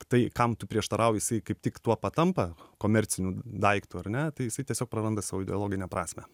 tai kam tu prieštarauji jisai kaip tik tuo patampa komerciniu daiktu ar ne tai jisai tiesiog praranda savo ideologinę prasmę